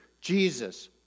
Jesus